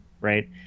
right